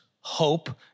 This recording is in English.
hope